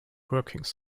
workings